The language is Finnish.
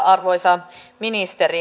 arvoisa ministeri